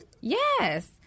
yes